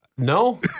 No